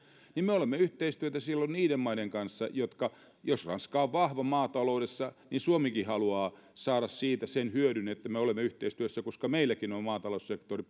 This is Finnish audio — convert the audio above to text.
ja me olemme silloin yhteistyössä niiden maiden kanssa jotka jos ranska on vahva maataloudessa niin suomikin haluaa saada siitä sen hyödyn niin että me olemme yhteistyössä koska meilläkin on maataloussektori